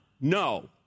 no